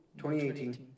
2018